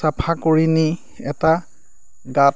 চাফা কৰি নি এটা গাঁত